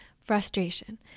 Frustration